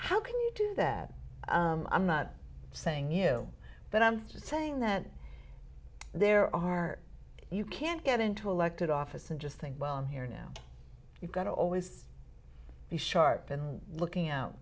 how can you do that i'm not saying you that i'm saying that there are you can't get into elected office and just think well i'm here now you've got to always be sharp and looking out